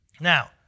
Now